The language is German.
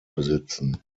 besitzen